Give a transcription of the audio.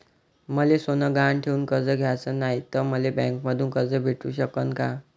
मले सोनं गहान ठेवून कर्ज घ्याचं नाय, त मले बँकेमधून कर्ज भेटू शकन का?